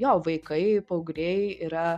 jo vaikai paaugliai yra